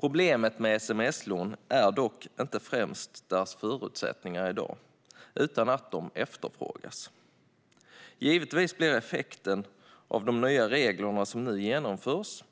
Problemet med sms-lån är dock inte främst deras förutsättningar i dag utan att de efterfrågas. Givetvis blir effekten av de nya regler som nu genomförs